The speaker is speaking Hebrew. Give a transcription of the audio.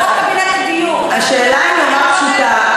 זה לא רק, השאלה נורא פשוטה.